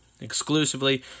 exclusively